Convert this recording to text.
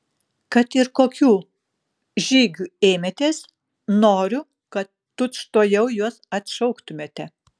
kad ir kokių žygių ėmėtės noriu kad tučtuojau juos atšauktumėte